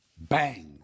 bang